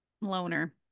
loner